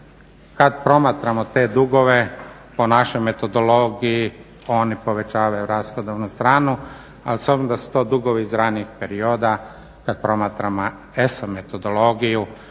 Kad promatramo te dugove po našoj metodologiji oni povećavaju rashodovnu stranu ali s obzirom da su to dugovi iz ranijih perioda kad promatramo ESA metodologiju